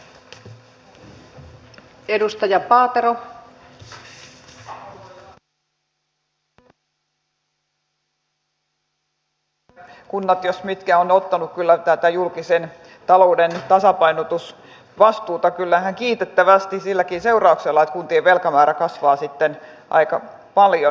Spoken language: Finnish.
meillä on monta haastetta kunnille ja kunnat jos mitkä ovat ottaneet kyllä tätä julkisen talouden tasapainotusvastuuta kyllä ihan kiitettävästi silläkin seurauksella että kuntien velkamäärä kasvaa sitten aika paljon